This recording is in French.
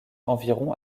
environ